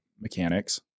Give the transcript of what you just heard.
mechanics